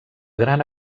gran